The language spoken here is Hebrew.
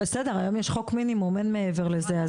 בסדר, היום יש חוק מינימום, אין מעבר לזה.